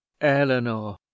eleanor